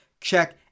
check